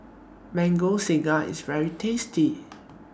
Mango Sago IS very tasty